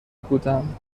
بودم